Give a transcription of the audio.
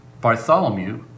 Bartholomew